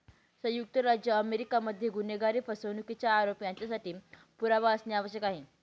संयुक्त राज्य अमेरिका मध्ये गुन्हेगारी, फसवणुकीचा आरोप यांच्यासाठी पुरावा असणे आवश्यक आहे